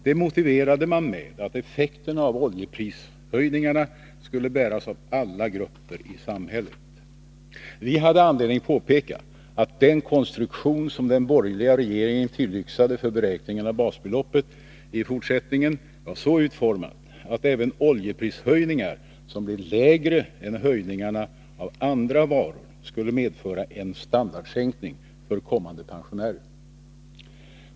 Det motiverade man med att effekterna av oljeprishöjningarna skulle bäras av alla grupper i samhället. Vi hade anledning påpeka att den konstruktion som den borgerliga regeringen tillyxade för beräkningen av basbeloppet i fortsättningen var så utformad att även oljeprishöjningar som blev lägre än höjningarna av andra varor skulle medföra en standardsänkning för kommande pensionärer.